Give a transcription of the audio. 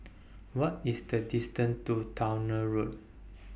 What IS The distance to Towner Road